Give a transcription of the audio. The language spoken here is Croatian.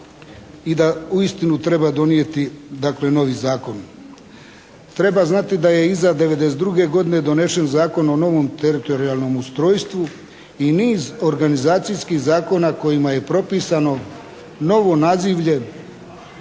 i da uistinu treba donijeti dakle novi zakon. Treba znati da je iza 1992. godine donesen Zakon o novom teritorijalnom ustrojstvu i niz organizacijskih zakona kojima je propisano novo nazivlje